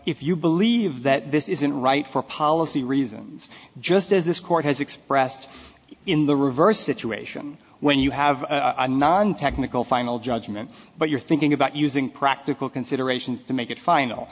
if you believe that this isn't right for policy reasons just as this court has expressed in the reverse situation when you have a non technical final judgment but you're thinking about using practical considerations to make it fin